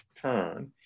turn